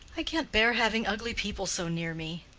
i can't bear having ugly people so near me.